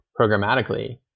programmatically